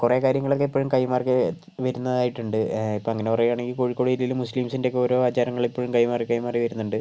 കുറേ കാര്യങ്ങളൊക്കെ ഇപ്പോഴും കൈമാറി കൈ വരുന്നതായിട്ടുണ്ട് അപ്പം അങ്ങനെ പറയുകയാണെങ്കിൽ കോഴിക്കോട് ജില്ലയിൽ മുസ്ലീംസിൻ്റെയൊക്കെ ഓരോ ആചാരങ്ങൾ ഇപ്പോഴും കൈമാറി കൈമാറി വരുന്നുണ്ട്